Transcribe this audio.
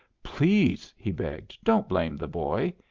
please! he begged, don't blame the boy.